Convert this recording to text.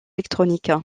électronique